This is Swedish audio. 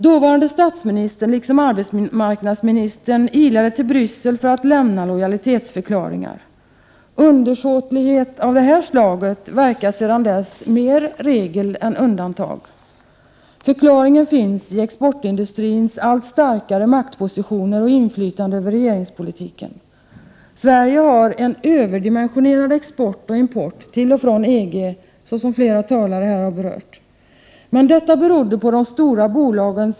Dåvarande statsministern liksom arbetsmarknadsministern ilade till Bryssel för att lämna lojalitetsförklaringar. Undersåtlighet av det här slaget verkar sedan dess mer regel än undantag. Förklaringen finns i exportindustrins allt starkare maktpositioner och inflytande över regeringspolitiken. Sverige har en överdimensionerad export och import till och från EG, såsom flera talare här har berört.